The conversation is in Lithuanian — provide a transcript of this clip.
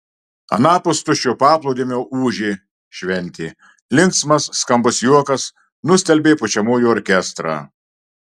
anapus tuščio paplūdimio ūžė šventė linksmas skambus juokas nustelbė pučiamųjų orkestrą